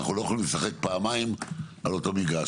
אנחנו לא יכולים לשחק פעמיים על אותו מגרש.